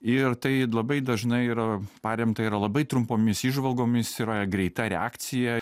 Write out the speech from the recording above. ir tai labai dažnai ir paremta yra labai trumpomis įžvalgomis yra greita reakcija